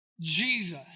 Jesus